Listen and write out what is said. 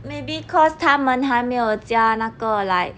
maybe cause 他们还没有加那个 like